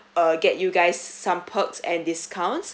get you guys some perks and discounts